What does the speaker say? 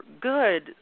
good